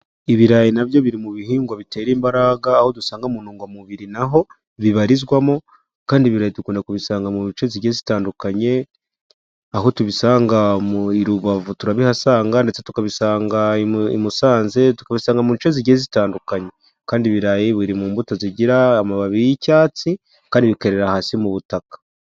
Ibirayi nabyo biri mu bihingwa bitera imbaraga, aho dusanga mu ntungamubiri naho bibarizwamo, kandi ibirayi dukunda kubisanga mu bice zigiye zitandukanye, aho tubisanga mu i Rubavu turabihasanga, ndetse tukabisanga i Musanze, tukabisanga muce zigiye zitandukanye, kandi ibirayi biri mu mbuto zigira amababi y'icyatsi kandi bikerera hasi mu butaka.